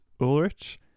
ulrich